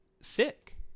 sick